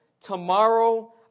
Tomorrow